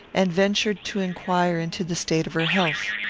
and ventured to inquire into the state of her health.